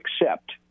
accept